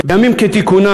בימים כתיקונם,